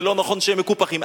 זה לא נכון שהם מקופחים.